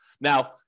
Now